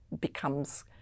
becomes